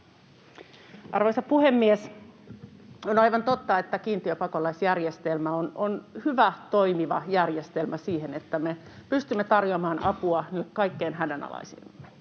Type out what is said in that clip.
Arvoisa puhemies! On aivan totta, että kiintiöpakolaisjärjestelmä on hyvä, toimiva järjestelmä siihen, että me pystymme tarjoamaan apua niille kaikkein hädänalaisimmille,